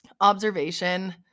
observation